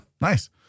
nice